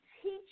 Teach